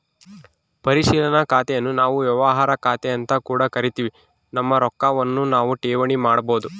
ಪರಿಶೀಲನಾ ಖಾತೆನ್ನು ನಾವು ವ್ಯವಹಾರ ಖಾತೆಅಂತ ಕೂಡ ಕರಿತಿವಿ, ನಮ್ಮ ರೊಕ್ವನ್ನು ನಾವು ಠೇವಣಿ ಮಾಡಬೋದು